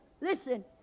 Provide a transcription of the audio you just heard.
listen